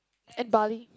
and Bali